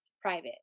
private